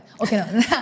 Okay